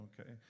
okay